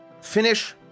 finish